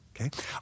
Okay